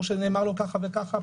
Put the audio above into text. ימסור שנאמר לו ככה וככה,